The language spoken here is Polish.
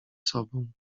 sobą